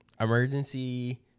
emergency